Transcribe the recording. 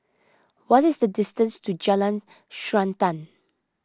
what is the distance to Jalan Srantan